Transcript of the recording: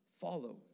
follow